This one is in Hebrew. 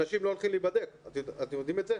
אנשים לא הולכים להיבדק, אתם יודעים את זה?